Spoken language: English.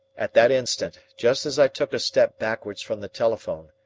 at that instant, just as i took a step backwards from the telephone,